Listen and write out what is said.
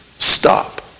stop